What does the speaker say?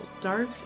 dark